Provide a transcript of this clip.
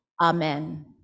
Amen